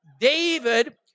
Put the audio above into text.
David